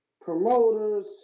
promoters